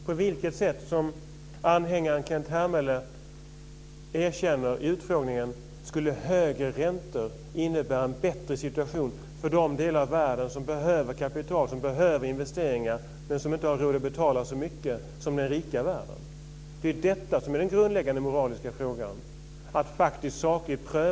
På vilket sätt - vilket anhängaren Kenneth Hermele erkänner i utfrågningen - skulle högre räntor innebära en bättre situation för de delar av världen som behöver kapital och investeringar, men som inte har råd att betala så mycket som den rika världen? Det är ju detta som är den grundläggande moraliska frågan.